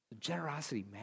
Generosity